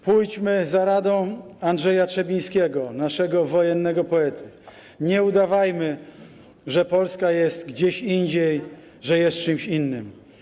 Pójdźmy za radą Andrzeja Trzebińskiego, naszego wojennego poety: nie udawajmy, że Polska jest gdzieś indziej, że jest czymś innym.